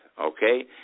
okay